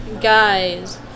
Guys